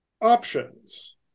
options